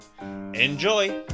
Enjoy